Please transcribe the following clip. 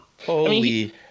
Holy